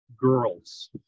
girls